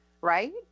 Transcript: right